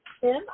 Tim